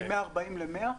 מ-140 ל-100?